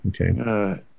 Okay